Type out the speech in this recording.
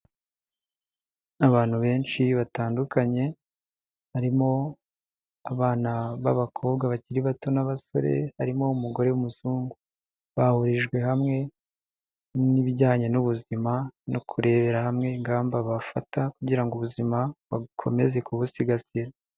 Abantu benshi batandukanye harimo abana b'abakobwa bakiri bato n'abasore harimo n'umugore w'umuzungu. Bahurijwe hamwe n'ibijyanye n'ubuzima no kurebera hamwe ingamba bafata kugira ubuzima bakomeze kubusigasira.